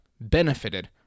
Benefited